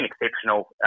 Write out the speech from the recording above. exceptional